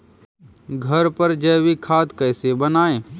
घर पर जैविक खाद कैसे बनाएँ?